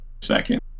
second